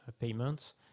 payments